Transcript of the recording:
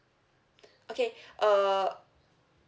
okay uh